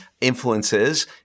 influences